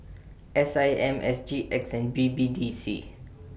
S I M S G X and B B D C